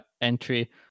entry